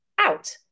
out